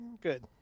good